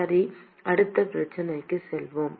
சரி அடுத்த பிரச்சனைக்கு செல்வோம்